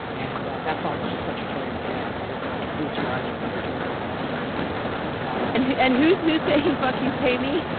and that song is just such a total jam. but it's it's boots riley kind of doing what he does best and who and who's who's saying, fuck you pay me.